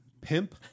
Pimp